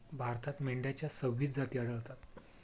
भारतात मेंढ्यांच्या सव्वीस जाती आढळतात